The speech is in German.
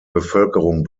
bevölkerung